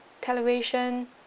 television